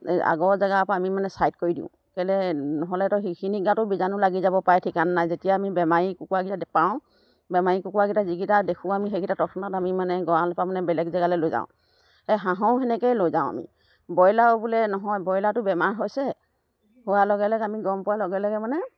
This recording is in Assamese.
এই আগৰ জেগাৰপৰা আমি মানে ছাইড কৰি দিওঁ কেলেই নহ'লেতো সিখিনিৰ গাটো বীজাণু লাগি যাব পাৰে ঠিকান নাই যেতিয়া আমি বেমাৰী কুকুৰাকেইটা পাওঁ বেমাৰী কুকুৰাকেইটা যিকেইটা দেখোঁ আমি সেইকেইটা তৎক্ষণাৎ আমি মানে গড়ালৰাপৰা মানে বেলেগ জেগালৈ লৈ যাওঁ সেই হাঁহৰো সেনেকৈয়ে লৈ যাওঁ আমি বইলাৰো বোলে নহয় বইলাৰটো বেমাৰ হৈছে হোৱাৰ লগে লগে আমি গম পোৱাৰ লগে লগে মানে